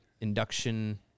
induction